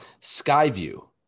Skyview